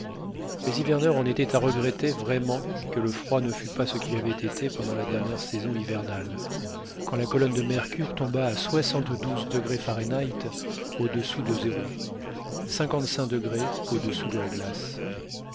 les hiverneurs en étaient à regretter vraiment que le froid ne fût pas ce qu'il avait été pendant la dernière saison hivernale quand la colonne de mercure tomba à soixante-douze degrés fahrenheit au-dessous de zéro